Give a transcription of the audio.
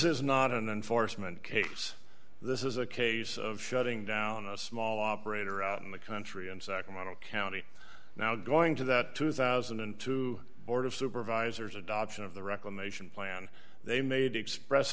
is not an enforcement cakes this is a case of shutting down a small operator out in the country and nd model county now going to that two thousand and two board of supervisors adoption of the reclamation plan they made express